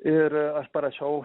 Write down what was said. ir aš parašiau